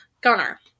Gunner